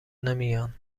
نمیان